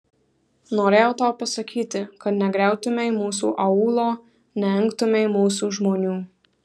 norėjau tau pasakyti kad negriautumei mūsų aūlo neengtumei mūsų žmonių